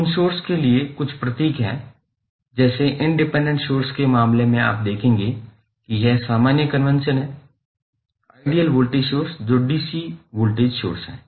उन सोर्स के लिए कुछ प्रतीक हैं जैसे इंडिपेंडेंट सोर्स के मामले में आप देखेंगे कि यह सामान्य कन्वेंशन है आइडियल वोल्टेज सोर्स जो डीसी वोल्टेज सोर्स है